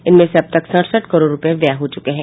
इनमें से अब तक सड़सठ करोड़ रूपये व्यय हो चुके हैं